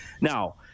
Now